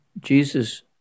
Jesus